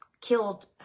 killed